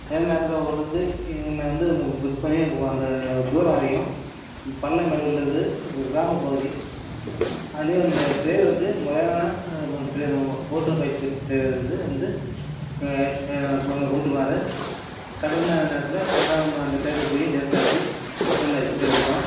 அதே நேரத்தில் கொண்டு வந்து எங்களை வந்து அந்த புக் பண்ணி எனக்கு அந்த தூரம் அதிகம் பள்ளம் மேடு உள்ளது அது கிராமப்பகுதி அதுலேயும் அந்த ட்ரைவர் வந்து முறையான அந்த ஓட்டுனர் பயிற்சி பெற்ற ட்ரைவரு வந்து எங்களை அழச் எங்களை எங்களை கூப்பிட்டு போனார் கரெக்டான நேரத்தில் கரெக்டான நம்ம அந்த டைத்துக்கு போய் சேர்த்தாச்சு சேர்ந்தாச்சு சேர்ந்துட்டோம்